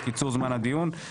קיצור זמן הדיון,